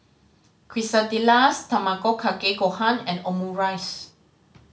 Quesadillas Tamago Kake Gohan and Omurice